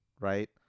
right